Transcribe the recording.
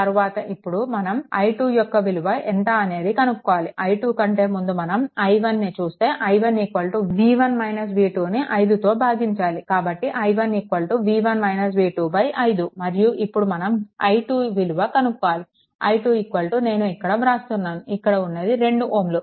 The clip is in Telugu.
తరువాత ఇప్పుడు మనం i2 యొక్క విలువ ఎంత అనేది కనుక్కోవాలి i2 కంటే ముందు మనం i1ను చూస్తే i1 ను 5తో భాగించాలి కాబట్టి i1 5 మరియు ఇప్పుడు మనం i2 విలువ కనుక్కోవాలి i2 నేను ఇక్కడ వ్రాస్తున్నాను ఇక్కడ ఉన్నది 2 Ω